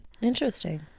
interesting